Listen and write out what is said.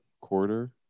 quarter